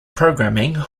programming